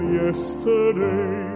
yesterday